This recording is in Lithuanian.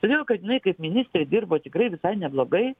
todėl kad jinai kaip ministrė dirbo tikrai visai neblogai